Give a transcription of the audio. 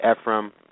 Ephraim